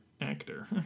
actor